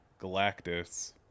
Galactus